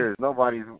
Nobody's